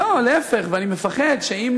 לא, להפך, ואני מפחד שאם